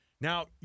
Now